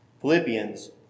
Philippians